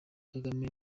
kagame